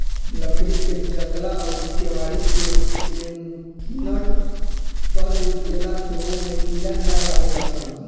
लकड़ी के जंगला अउरी केवाड़ी के पेंनट कर देला से ओमे कीड़ा ना लागेलसन